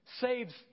saves